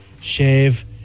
shave